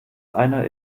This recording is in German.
einer